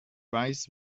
weiß